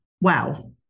Wow